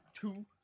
two